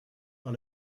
par